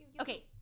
okay